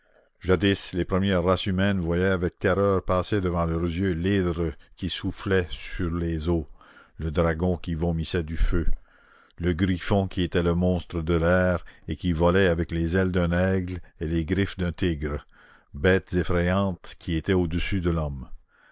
jadis les premières races humaines voyaient avec terreur passer devant leurs yeux l'hydre qui soufflait sur les eaux le dragon qui vomissait du feu le griffon qui était le monstre de l'air et qui volait avec les ailes d'un aigle et les griffes d'un tigre bêtes effrayantes qui étaient au-dessus de l'homme